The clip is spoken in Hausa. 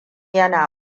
yana